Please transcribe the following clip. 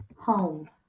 Home